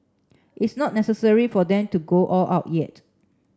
it's not necessary for them to go all out yet